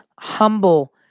humble